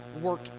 work